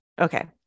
Okay